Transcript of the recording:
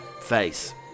face